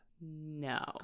no